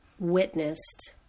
witnessed